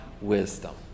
wisdom